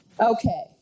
Okay